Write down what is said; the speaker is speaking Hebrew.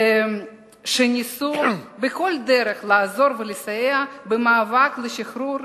שניסו בכל דרך לעזור ולסייע במאבק לשחרור